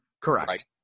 Correct